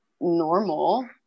normal